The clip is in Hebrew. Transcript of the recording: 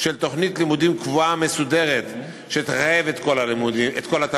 של תוכנית לימודים קבועה ומסודרת שתחייב את כל התלמידים,